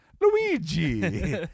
Luigi